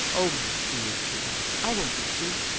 oh, my dear! she laughed. i won't eat you!